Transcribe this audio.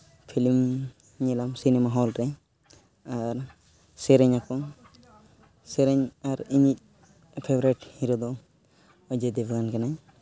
film ᱧᱮᱞᱟᱢ cinema hall ᱨᱮ ᱟᱨ ᱥᱮᱨᱮᱧᱟ ᱠᱚ ᱥᱮᱨᱮᱧ ᱟᱨ ᱤᱧᱤᱡ ᱯᱷᱮᱵᱽᱨᱮᱴ ᱦᱤᱨᱳ ᱫᱚ ᱚᱡᱚᱭ ᱫᱮᱵᱽᱜᱟᱱ ᱠᱟᱱᱟᱭ